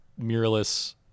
mirrorless